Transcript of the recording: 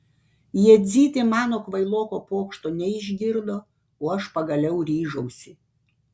jadzytė mano kvailoko pokšto neišgirdo o aš pagaliau ryžausi